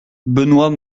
benoît